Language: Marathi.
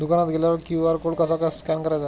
दुकानात गेल्यावर क्यू.आर कोड कसा स्कॅन करायचा?